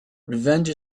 revenge